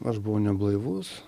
aš buvau neblaivus